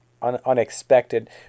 Unexpected